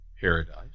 Paradise